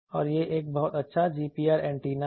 और यह एक बहुत अच्छा GPR एंटीना है